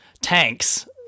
Tanks